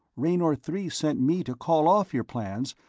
raynor three sent me to call off your plans,